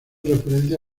referencia